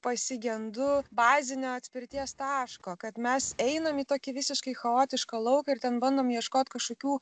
pasigendu bazinio atspirties taško kad mes einam į tokį visiškai chaotišką lauką ir ten bandom ieškot kažkokių